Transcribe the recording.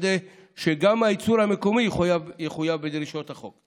כדי שגם הייצור המקומי יחויב בדרישות החוק.